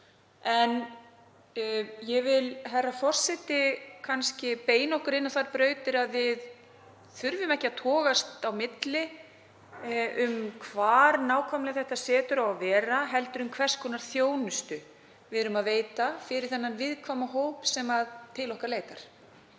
Ég vil, herra forseti, beina okkur inn á þær brautir að við þurfum ekki að togast á um hvar nákvæmlega þetta setur á vera heldur um hvers konar þjónustu við veitum þeim viðkvæma hópi sem til okkar leitar.